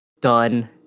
done